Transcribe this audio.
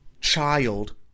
child